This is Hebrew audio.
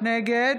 נגד